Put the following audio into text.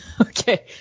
okay